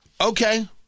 Okay